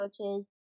coaches